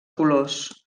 colors